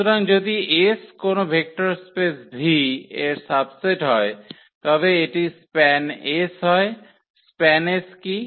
সুতরাং যদি S কোনও ভেক্টর স্পেস V এর সাবসেট হয় তবে এটি SPAN𝑆 হয় SPAN𝑆 কী